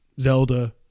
Zelda